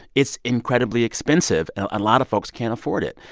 it's incredibly expensive. a lot of folks can't afford it.